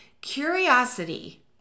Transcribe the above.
Curiosity